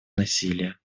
насилия